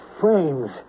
frames